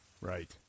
Right